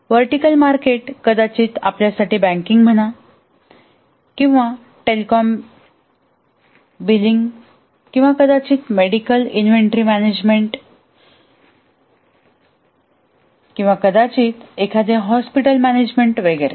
vertical market कदाचित आपल्यासाठी banking म्हणा किंवा टेलिकॉम बिलिंग किंवा कदाचित मेडिकल इन्व्हेंटरी मॅनेजमेंट किंवा कदाचित एखादे हॉस्पिटल मॅनेजमेंट वगैरे